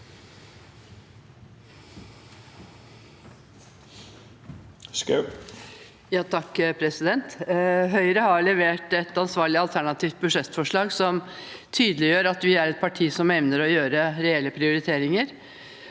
(H) Høyre har le- vert et ansvarlig alternativt budsjettforslag som tydeliggjør at vi er et parti som evner å gjøre reelle prioriteringer.